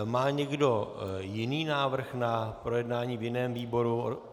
Má někdo jiný návrh na projednání v jiném výboru?